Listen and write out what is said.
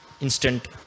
instant